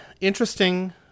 interesting